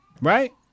Right